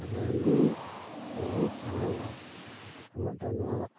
ᱛᱟᱦᱚᱞᱮ ᱱᱩᱭ news channel ᱫᱚ ᱢᱤᱫᱴᱟᱝ ᱱᱚᱶᱟ